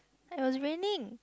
it was raining